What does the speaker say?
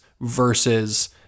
versus